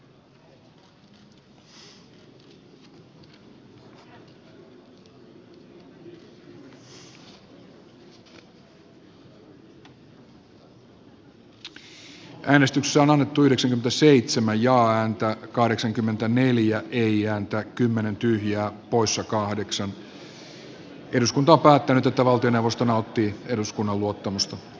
ensin äänestetään katja hännisen ehdotuksesta tuomo puumalan ehdotusta vastaan sitten voittaneesta kimmo kivelän ehdotusta vastaan ja lopuksi siitä nauttiiko valtioneuvosto eduskunnan muuttumista